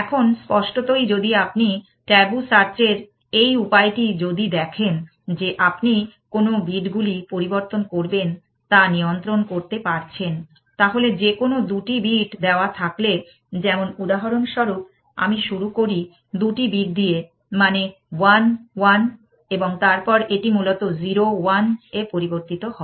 এখন স্পষ্টতই যদি আপনি ট্যাবু সার্চ এর এই উপায়টি যদি দেখেন যে আপনি কোন বিটগুলি পরিবর্তন করবেন তা নিয়ন্ত্রণ করতে পারছেন তাহলে যে কোনও দুটি বিট দেওয়া থাকলে যেমন উদাহরণস্বরূপ আমি শুরু করি দুটি বিট দিয়ে মানে 1 1 এবং তারপর এটি মূলত 0 1 এ পরিবর্তিত হয়